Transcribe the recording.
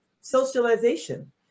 socialization